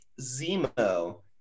Zemo